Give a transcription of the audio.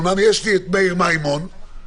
אומנם יש לי את מאיר מימון -- עוד פעם מימון?